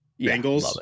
Bengals